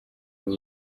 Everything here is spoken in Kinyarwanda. ubu